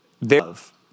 love